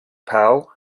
powell